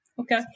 Okay